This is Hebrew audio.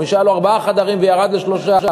מי שהיה לו ארבעה חדרים וירד לשלושה,